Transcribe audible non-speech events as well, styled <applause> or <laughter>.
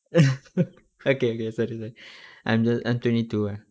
<laughs> okay okay sorry man I'm ju~ I'm twenty two eh